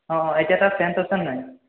অঁ এতিয়া তাৰ চেন্স আছে নাই